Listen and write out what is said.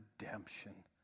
redemption